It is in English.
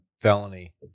felony